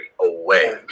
away